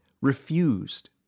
refused